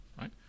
right